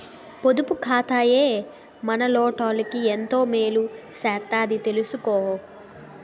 పొదుపు ఖాతాయే మనలాటోళ్ళకి ఎంతో మేలు సేత్తదని తెలిసుకో